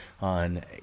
on